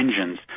engines